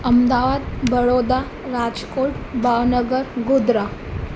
Ahmedabad Vadodara Rajkot Bhavnagar Godhra